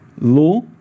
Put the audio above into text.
law